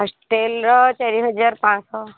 ହଷ୍ଟେଲ୍ର ଚାରି ହଜାର ପଞ୍ଚାଶହ